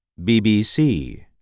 BBC